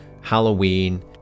Halloween